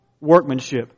workmanship